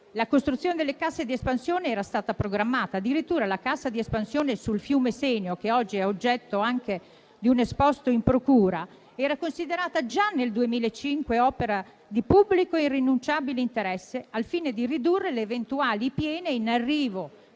la costruzione delle casse di espansione era stata programmata; addirittura la cassa di espansione sul fiume Senio, che oggi è oggetto anche di un esposto in procura, già nel 2005 era considerata opera di pubblico e irrinunciabile interesse, al fine di ridurre le eventuali piene in arrivo